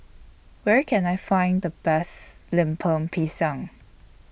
Where Can I Find The Best Lemper Pisang